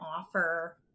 offer